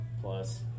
Plus